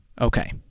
Okay